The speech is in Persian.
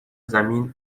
زمین